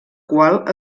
qual